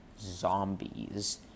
zombies